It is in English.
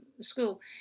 school